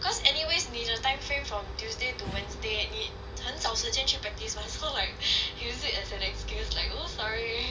cause anyways 你的 timeframe from tuesday to wednesday 你很少时间去 practice [one] so like use it as an excuse like oh sorry